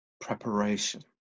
Preparation